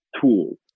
tools